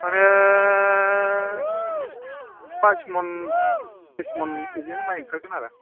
माने बाइसमन बिसमन बिदिनो माय ओंखारगोन आरो